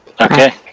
Okay